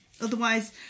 otherwise